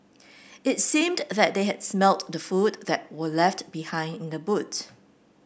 it seemed that they had smelt the food that were left behind in the boot